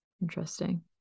Interesting